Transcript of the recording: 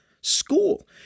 School